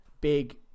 big